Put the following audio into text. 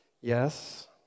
Yes